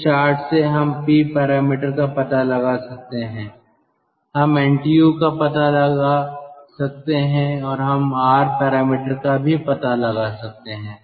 इस चार्ट से हम P पैरामीटर का पता लगा सकते हैं हम NTU का पता लगा सकते हैं और हम R पैरामीटर का भी पता लगा सकते हैं